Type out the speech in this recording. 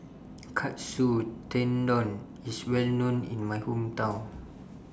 Katsu Tendon IS Well known in My Hometown